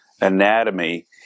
anatomy